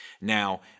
Now